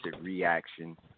reaction